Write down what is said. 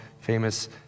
famous